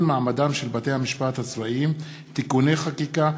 מעמדם של בתי-המשפט הצבאיים (תיקוני חקיקה),